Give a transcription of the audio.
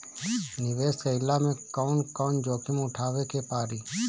निवेस कईला मे कउन कउन जोखिम उठावे के परि?